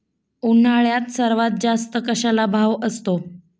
उन्हाळ्यात सर्वात जास्त कशाला भाव असतो?